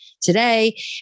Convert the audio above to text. today